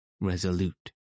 resolute